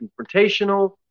confrontational